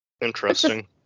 interesting